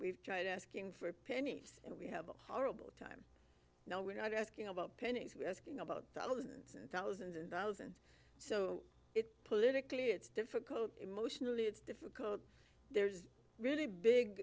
we've tried asking for pennies and we have a horrible time now we're not asking about pennies we asking about thousands and thousands and thousands so it's politically it's difficult emotionally it's difficult there's really big